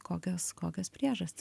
kokios kokios priežastys